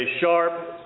sharp